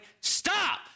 stop